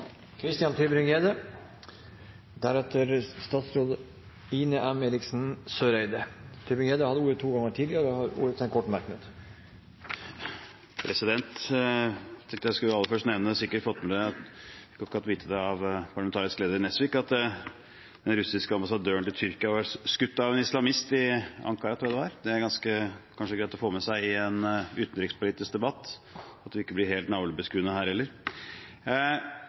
Christian Tybring-Gjedde har hatt ordet to ganger tidligere og får ordet til en kort merknad, begrenset til 1 minutt. Jeg tenkte jeg aller først skulle nevne – jeg har akkurat fått vite det av parlamentarisk leder Nesvik – at den russiske ambassadøren til Tyrkia har blitt skutt av en islamist i Ankara, tror jeg det var. Det er kanskje ganske greit å få med seg i en utenrikspolitisk debatt, så vi ikke blir helt navlebeskuende her